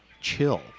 chill